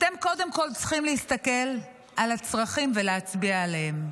אתם קודם כול צריכים להסתכל על הצרכים ולהצביע עליהם.